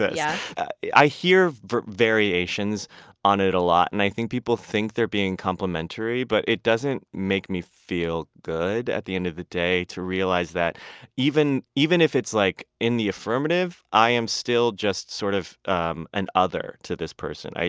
yeah i hear variations on it a lot, and i think people think they're being complimentary. but it doesn't make me feel good at the end of the day to realize that even even if it's like in the affirmative, i am still just sort of um and other to this person.